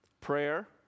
Prayer